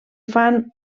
fan